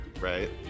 right